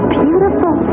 beautiful